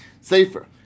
safer